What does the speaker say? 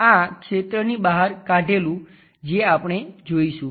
આ ક્ષેત્રની બહાર કાઢેલું જે આપણે જોઈશું